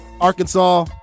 Arkansas